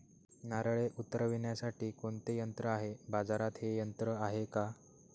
नारळे उतरविण्यासाठी कोणते यंत्र आहे? बाजारात हे यंत्र आहे का?